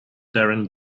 darren